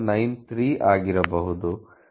1093 ಆಗಿರಬಹುದು